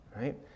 right